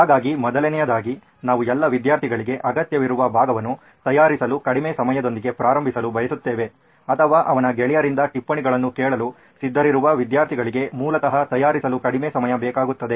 ಹಾಗಾಗಿ ಮೊದಲನೆಯದಾಗಿ ನಾವು ಎಲ್ಲಾ ವಿದ್ಯಾರ್ಥಿಗಳಿಗೆ ಅಗತ್ಯವಿರುವ ಭಾಗವನ್ನು ತಯಾರಿಸಲು ಕಡಿಮೆ ಸಮಯದೊಂದಿಗೆ ಪ್ರಾರಂಭಿಸಲು ಬಯಸುತ್ತೇವೆ ಅಥವಾ ಅವನ ಗೆಳೆಯರಿಂದ ಟಿಪ್ಪಣಿಗಳನ್ನು ಕೇಳಲು ಸಿದ್ಧರಿರುವ ವಿದ್ಯಾರ್ಥಿಗಳಿಗೆ ಮೂಲತಃ ತಯಾರಿಸಲು ಕಡಿಮೆ ಸಮಯ ಬೇಕಾಗುತ್ತದೆ